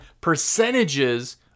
percentages